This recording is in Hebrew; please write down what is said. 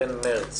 בין מרץ